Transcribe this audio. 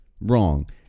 wrong